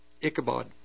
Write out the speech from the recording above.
Ichabod